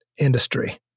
industry